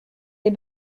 les